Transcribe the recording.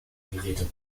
geräte